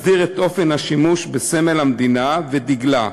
מסדיר את אופן השימוש בסמל המדינה ודגלה,